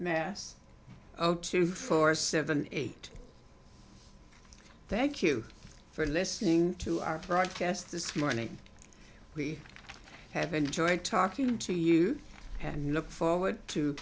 mess o two four seven eight thank you for listening to our proud guests this morning we have enjoyed talking to you and we look forward to